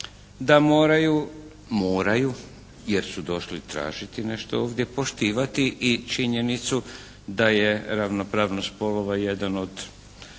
da moraju, moraju jer su došli tražiti nešto ovdje poštivati i činjenicu da je ravnopravnost spolova jedan od